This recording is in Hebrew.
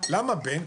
מדוע בן?